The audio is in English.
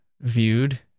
viewed